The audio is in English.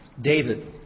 David